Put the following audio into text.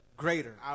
greater